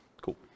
Cool